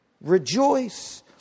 Rejoice